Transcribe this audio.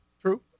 True